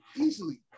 easily